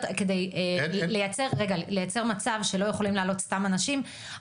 כדי לייצר מצב שלא יכולים להעלות סתם אנשים,